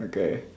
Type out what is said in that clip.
okay